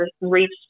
reached